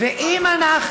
ואם אנחנו